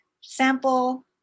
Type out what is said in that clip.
sample